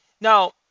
Now